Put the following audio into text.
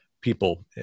people